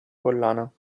collana